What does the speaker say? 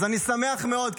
אז אני שמח מאוד,